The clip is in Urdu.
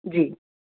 جی